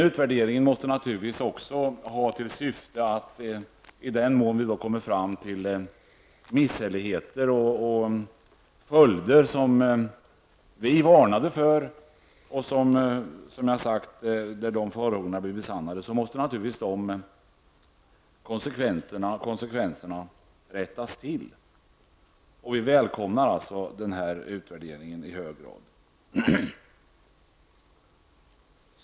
Utvärderingen måste naturligtvis också ha till syfte att i den mån vi kommer fram till misshälligheter och följder som vi varnade för, skall konsekvenserna rättas till. Vi välkomnar således denna utvärdering i hög grad.